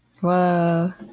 Whoa